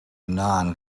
non